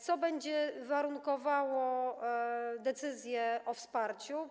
Co będzie warunkowało decyzję o wsparciu?